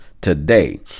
today